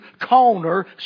corner